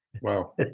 Wow